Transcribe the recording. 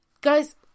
guys